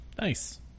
Nice